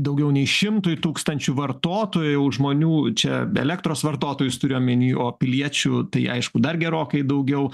daugiau nei šimtui tūkstančių vartotojų žmonių čia be elektros vartotojus turiu omeny o piliečių tai aišku dar gerokai daugiau